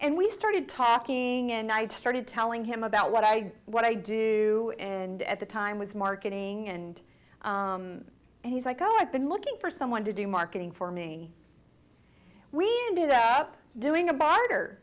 and we started talking and i started telling him about what i what i do and at the time was marketing and he's like oh i've been looking for someone to do marketing for me we ended up doing a barter